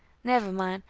never mind.